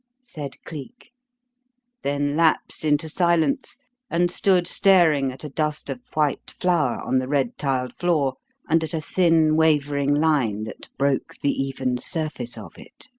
said cleek then lapsed into silence and stood staring at a dust of white flour on the red-tiled floor and at a thin wavering line that broke the even surface of it.